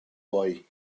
boy